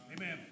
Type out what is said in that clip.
Amen